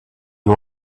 why